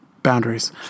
Boundaries